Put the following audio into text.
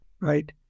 right